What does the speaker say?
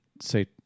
say